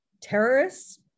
terrorists